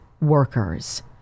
workers